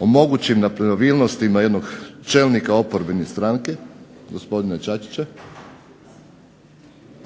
o mogućim nepravilnostima jednog čelnika oporbene stranke gospodina Čačića.